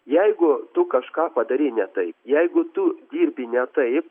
jeigu tu kažką padarei ne taip jeigu tu dirbi ne taip